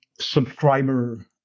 subscriber